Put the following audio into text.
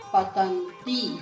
Patanti